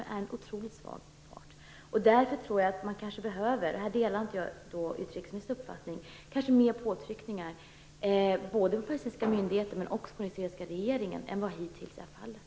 Man är en otroligt svag part. Därför tror jag att det behövs - här delar jag inte utrikesministerns uppfattning - mer påtryckningar, både på palestinska myndigheter och på den israeliska regeringen, än som hittills varit fallet.